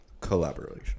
Collaboration